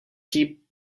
keep